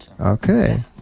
Okay